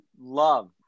love